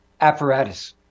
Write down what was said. apparatus